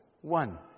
one